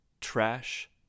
Trash